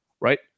Right